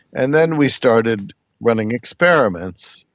and then we started running experiments,